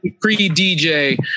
pre-dj